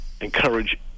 encourage